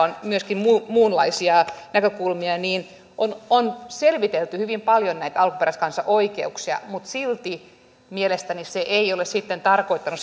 on myöskin muunlaisia näkökulmia on on selvitelty hyvin paljon näitä alkuperäiskansaoikeuksia mutta silti mielestäni se ei ole sitten tarkoittanut